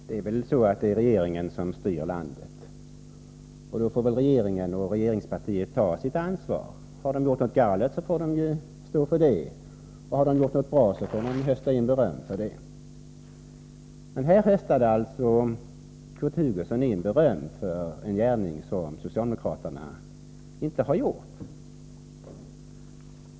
Fru talman! Det är väl regeringen som styr landet, och då får regeringen och regeringspartiet ta sitt ansvar. Har de gjort något galet får de stå för det, och har de gjort något bra får de hösta in beröm för det. Men här höstade alltså Kurt Hugosson in beröm för en gärning som socialdemokraterna inte har utfört.